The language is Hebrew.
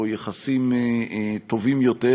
או יחסים טובים יותר,